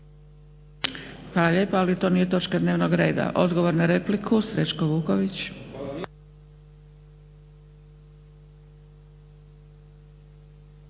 Hvala